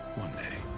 one day.